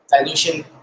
dilution